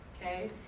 Okay